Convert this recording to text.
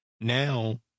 Now